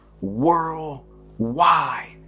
worldwide